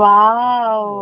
Wow